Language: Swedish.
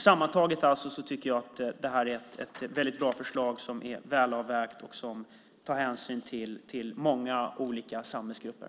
Sammantaget tycker jag alltså att det här är ett väldigt bra förslag som är väl avvägt och som tar hänsyn till många olika samhällsgrupper.